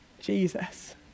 Jesus